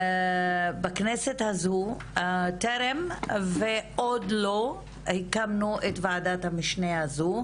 בכנסת הזו טרם ועוד לא הקמנו את וועדת המשנה הזו,